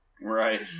Right